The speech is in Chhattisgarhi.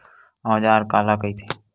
औजार काला कइथे?